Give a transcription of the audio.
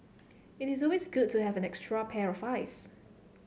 it is always good to have an extra pair of eyes